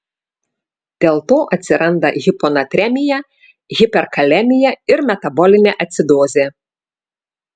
dėlto atsiranda hiponatremija hiperkalemija ir metabolinė acidozė